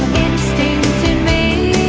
instinct in me